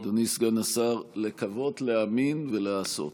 אדוני סגן השר, לקוות, להאמין ולעשות.